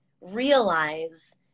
realize